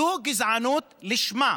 זו גזענות לשמה.